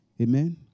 Amen